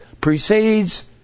precedes